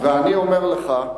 ואני אומר לך,